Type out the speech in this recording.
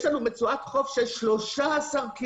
יש לנו רצועת חוף של 13 קילומטרים.